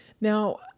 Now